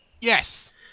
yes